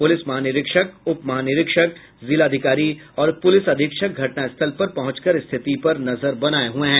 police महानिरीक्षक उपमहानिरीक्षक जिलाधिकारी और पुलिस अधीक्षक घटनास्थल पर पहुंचकर स्थिति पर नजर बनाये हुये हैं